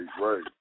right